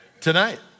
tonight